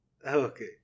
Okay